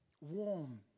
warm